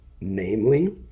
namely